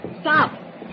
Stop